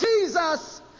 Jesus